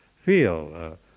feel